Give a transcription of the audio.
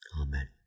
Amen